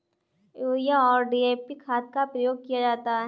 urea और DAP खाद का प्रयोग किया जाता है